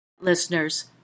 Listeners